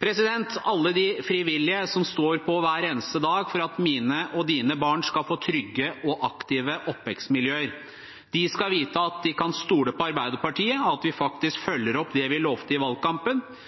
Alle de frivillige som står på hver eneste dag for at mine og dine barn skal få trygge og aktive oppvekstmiljøer, de skal vite at de kan stole på Arbeiderpartiet, at vi faktisk følger opp det vi lovte i valgkampen.